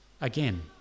again